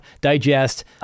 digest